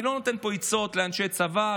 אני לא נותן פה עצות לאנשי צבא,